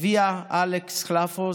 אביה אלכס כלפו,